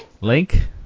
Link